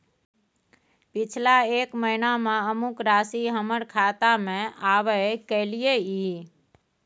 पिछला एक महीना म अमुक राशि हमर खाता में आबय कैलियै इ?